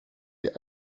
die